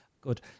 Good